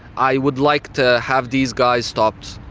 i would like to have these guys stopped.